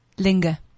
Linger